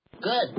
Good